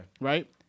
Right